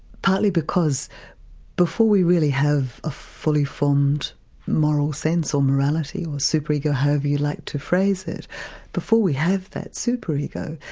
partly because before we really have a fully formed moral sense or morality, or super ego, however you like to phrase it before we have that super ego,